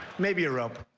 maybe a rope.